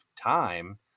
time